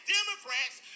Democrats